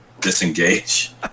disengage